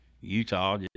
Utah